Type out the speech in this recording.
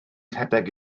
rhedeg